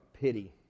pity